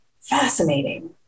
Fascinating